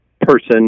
person